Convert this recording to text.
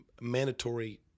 mandatory